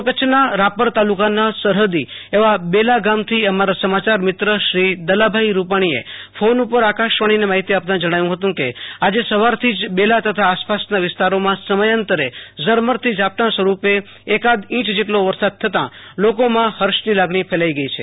પૂર્વ કચ્છના રાપર તાલુકાના સરહદી એવા બેલા ગામથી અમારા સમાચાર મિત્ર શ્રી દલાભાઈ રૂપાણીએ ફોન પર આકાશવાણીને માહિતી આપતાં જણાવ્યું હતું કે આજ સવારથી જ બેલા તથા આસપાસના વિસ્તારોમાં સમયાંતરે ઝરમરથી ઝાપટાં સ્વરૂપ એકાદ ઈંચ જેટલો વરસાદ થતાં લોકોમાં હર્ષની લાગણી ફેલાઈ ગઈ છે